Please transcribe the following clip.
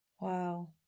Wow